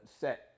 set